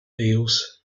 eels